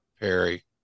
Perry